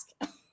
ask